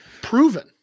proven